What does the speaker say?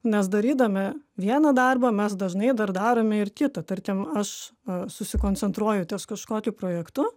nes darydami vieną darbą mes dažnai dar darome ir kitą tarkim aš susikoncentruoju ties kažkokiu projektu